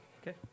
Okay